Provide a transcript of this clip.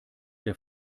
der